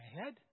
ahead